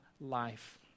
life